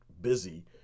busy